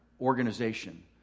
organization